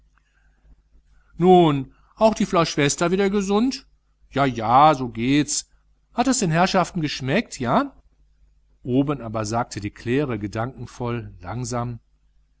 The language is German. nun auch die flau schwester wieder gesund ja ja so gehts hat es den herrschaften geschmeckt ja oben aber sagte die claire gedankenvoll langsam